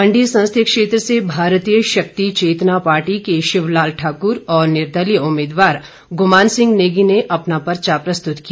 मण्डी संसदीय क्षेत्र से भारतीय शक्ति चेतना पार्टी के शिवलाल ठाक्र और निर्दलीय उम्मीदवार गुमान सिंह नेगी ने अपना पर्चा प्रस्तुत किया